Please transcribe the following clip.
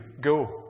go